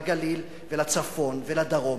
לגליל ולצפון ולדרום.